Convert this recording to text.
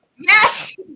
Yes